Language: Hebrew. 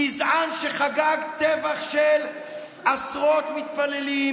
גזען, שחגג טבח של עשרות מתפללים,